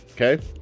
Okay